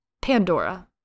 Pandora